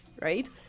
right